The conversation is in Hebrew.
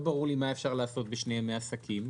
לא ברור לי מה אפשר לעשות בשני ימי עסקים.